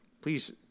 Please